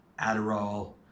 Adderall